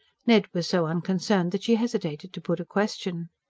ned was so unconcerned that she hesitated to put a question.